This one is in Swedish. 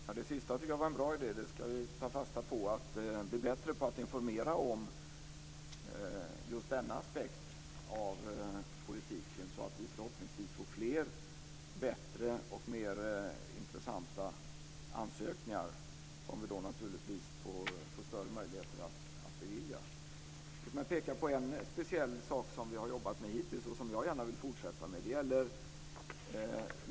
Fru talman! Det sista tycker jag var en bra idé som vi ska ta fasta på. Om vi blir bättre på att informera om just denna aspekt av politiken får vi förhoppningsvis fler, bättre och intressantare ansökningar som vi då också får större möjligheter att bevilja. Låt mig peka på en speciell sak som vi har jobbat med hittills och som jag gärna vill fortsätta med.